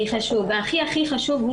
והכי חשוב,